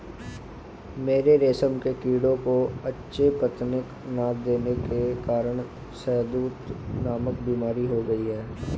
मेरे रेशम कीड़ों को अच्छे पत्ते ना देने के कारण शहदूत नामक बीमारी हो गई है